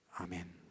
Amen